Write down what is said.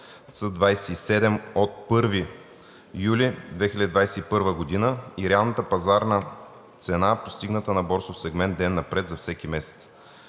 Ц-27 от 1 юли 2021 г. и реалната пазарна цена, постигната на борсов сегмент „Ден напред“ за всеки месец.